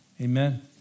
Amen